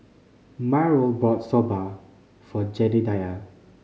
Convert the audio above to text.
Myrle bought Soba for Jedediah